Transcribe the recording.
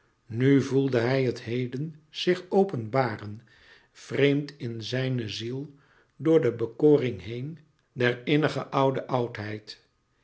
nu voelde hij het heden zich openbaren vreemd in zijne ziel door de bekoring heen der innig oude oudheid